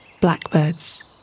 Blackbirds